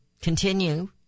continue